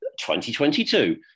2022